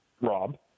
Rob